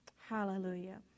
Hallelujah